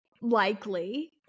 Likely